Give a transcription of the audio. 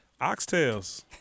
Oxtails